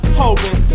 hoping